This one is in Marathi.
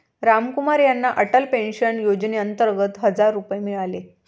रामकुमार यांना अटल पेन्शन योजनेअंतर्गत हजार रुपये मिळाले